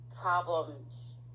problems